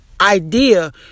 idea